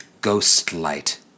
ghost-light